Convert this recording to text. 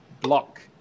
block